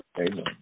Amen